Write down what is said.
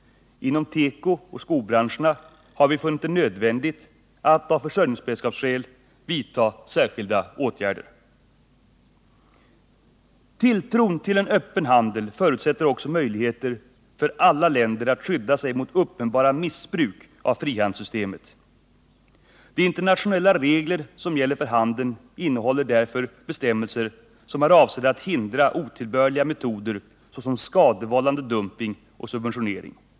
Inom tekooch skobranscherna har vi funnit det nödvändigt att av försörjningsberedskapsskäl vidta särskilda åtgärder. Tilltron till en öppen handel förutsätter också möjligheter för alla länder att skydda sig mot uppenbara missbruk av frihandelssystemet. De internatio nella regler som gäller för handeln innehåller därför bestämmelser som är avsedda att hindra otillbörliga metoder såsom skadevållande dumping och subventionering.